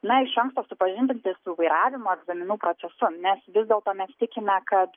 na iš anksto supažindinti su vairavimo egzaminų procesu nes vis dėlto mes tikime kad